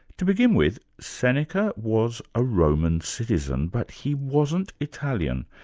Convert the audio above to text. to begin with, seneca was a roman citizen, but he wasn't italian.